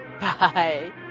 Bye